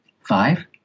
five